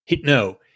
No